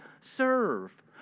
Serve